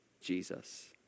jesus